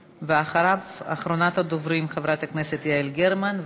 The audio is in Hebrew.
ואחריו, אחרונת הדוברים, חברת הכנסת יעל גרמן.